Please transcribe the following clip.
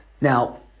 Now